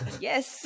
Yes